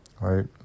right